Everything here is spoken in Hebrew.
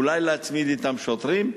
אולי להצמיד להם שוטרים.